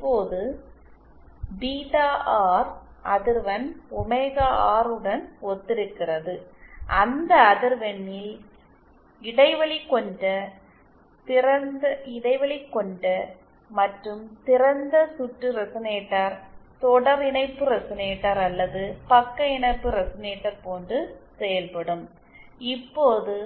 இப்போது beta R அதிர்வெண் omega R உடன் ஒத்திருக்கிறது அந்த அதிர்வெண்ணில் இடைவெளி கொண்ட மற்றும் திறந்த சுற்று ரெசனேட்டர் தொடர் இணைப்பு ரெசனேட்டர் அல்லது பக்க இணைப்பு ரெசனேட்டர் போன்று செயல்படும் இப்போது